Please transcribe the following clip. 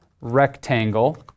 rectangle